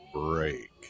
break